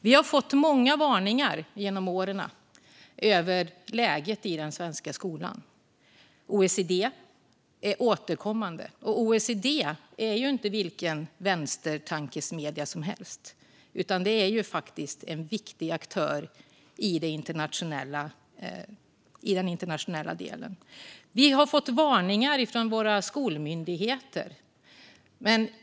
Vi har fått många varningar genom åren om läget i den svenska skolan. Från OECD är de återkommande, och OECD är inte vilken vänstertankesmedja som helst utan en viktig aktör i den internationella delen. Vi har fått varningar från våra skolmyndigheter.